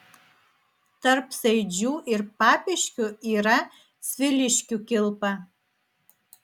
tarp saidžių ir papiškių yra sviliškių kilpa